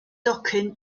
docyn